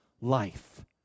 life